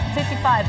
55